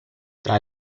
tra